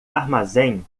armazém